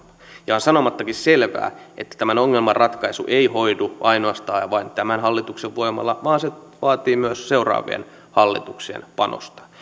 ja on sanomattakin selvää että tämän ongelman ratkaisu ei hoidu ainoastaan ja vain tämän hallituksen voimalla vaan se vaatii myös seuraavien hallituksien panosta